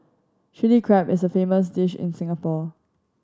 Chilli Crab is a famous dish in Singapore